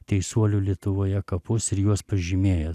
teisuolių lietuvoje kapus ir juos pažymėjęs